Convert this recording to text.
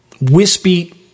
wispy